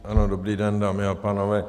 Ano, dobrý den, dámy a pánové.